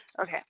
Okay